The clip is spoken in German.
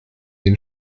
den